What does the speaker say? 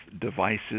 devices